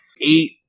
eight